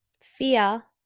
Fear